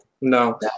No